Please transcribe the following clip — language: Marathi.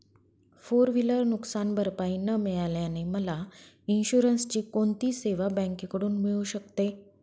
फोर व्हिलर नुकसानभरपाई न मिळाल्याने मला इन्शुरन्सची कोणती सेवा बँकेकडून मिळू शकते?